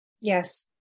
Yes